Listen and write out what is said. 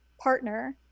partner